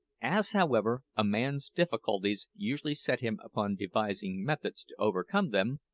as, however, a man's difficulties usually set him upon devising methods to overcome them,